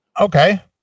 Okay